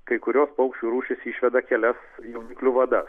kai kurios paukščių rūšys išveda kelias jauniklių vadas